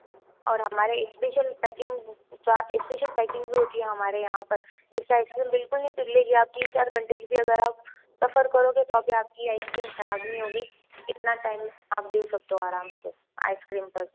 और हमारे special packing special packing भी होती है हमारे यहाँ पर जिससे आइसक्रीम बिलकुल भी नहीं पिघलेंगी आप तीन चार घंटे भी अगर आप सफर करोगे तो भी आपकी आइसक्रीम खराब नहीं होंगी इतना टाइम आप दे सकते हो आराम से आइसक्रीम पर